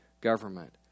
government